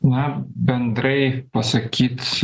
na bendrai pasakyt